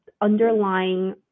underlying